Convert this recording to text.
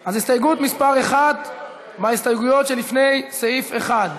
עודה, מסעוד גנאים, ג'מאל זחאלקה,